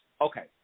okay